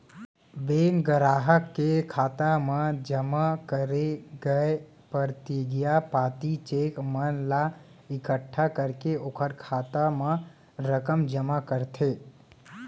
bank गराहक के खाता म जमा करे गय परतिगिया पाती, चेक मन ला एकट्ठा करके ओकर खाता म रकम जमा करथे